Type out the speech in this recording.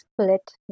split